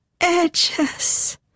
Edges